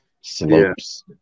slopes